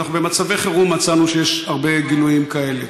במצבי חירום מצאנו שיש הרבה גילויים כאלה.